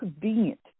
convenient